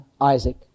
Isaac